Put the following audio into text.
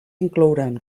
inclouran